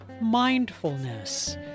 mindfulness